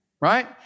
right